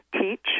TEACH